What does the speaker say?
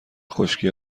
خشکی